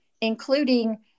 including